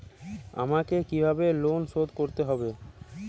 আমাকে কিভাবে লোন শোধ করতে হবে?